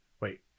Wait